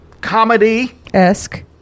comedy-esque